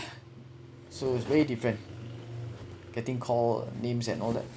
so it's very different getting call names and all that